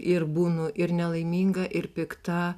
ir būnu ir nelaiminga ir pikta